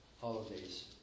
holidays